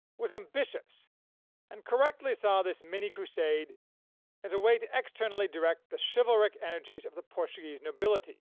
was ambitious and correctly saw this mini-crusade as a way to externally direct the chivalric energies of the portuguese nobility,